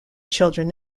children